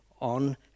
on